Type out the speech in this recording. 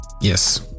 yes